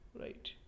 right